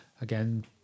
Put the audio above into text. Again